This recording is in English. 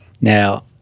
now